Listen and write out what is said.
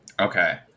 Okay